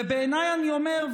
ובעיניי אני אומר,